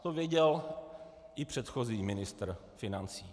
To věděl i předchozí ministr financí.